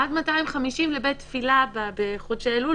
עד 250 לבית תפילה בחודשי אלול,